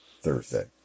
Thursday